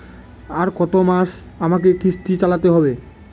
আর কতমাস আমাকে কিস্তি চালাতে হবে?